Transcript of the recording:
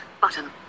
Button